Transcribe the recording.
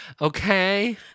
Okay